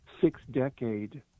six-decade